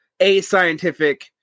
ascientific